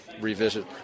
revisit